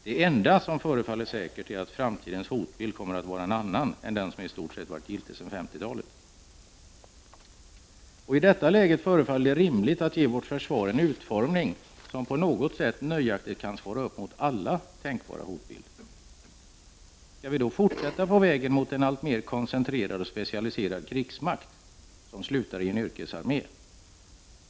Det enda som förefaller säkert är att framtidens hotbild kommer att vara en annan än den som i stort sett har varit giltig sedan 50-talet. I detta läge förefaller det rimligt att ge vårt försvar en utformning, som på något sätt nöjaktigt kan svara upp mot alla tänkbara hotbilder. Skall vi då fortsätta på vägen mot en alltmer koncentrerad och specialiserad krigsmakt som slutar i en yrkesarmé?